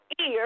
ear